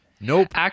Nope